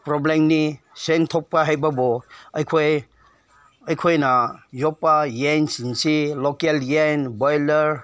ꯄ꯭ꯔꯣꯕ꯭ꯂꯦꯝꯅꯤ ꯁꯦꯟ ꯊꯣꯛꯄ ꯍꯥꯏꯕꯕꯨ ꯑꯩꯈꯣꯏ ꯑꯩꯈꯣꯏꯅ ꯌꯣꯛꯄ ꯌꯦꯟꯁꯤꯡꯁꯤ ꯂꯣꯀꯦꯜ ꯌꯦꯟ ꯕꯣꯏꯂꯔ